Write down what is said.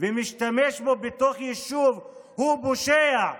ומשתמש בו בתוך יישוב הוא פושע,